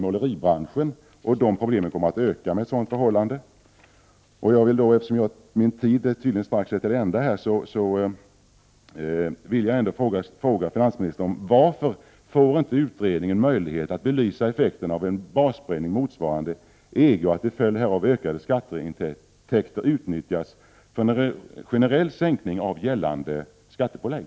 Dessa problem kommer att öka i och med en basbreddning. Jag vill fråga finansministern varför utredningen inte får möjlighet att belysa effekten av en basbreddning motsvarande den som kommer att gälla inom EG och den därav följande ökade skatteintäkt som kan utnyttjas för en generell sänkning av gällande skattepålägg?